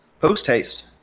Post-haste